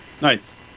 Nice